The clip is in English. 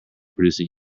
producing